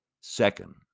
Second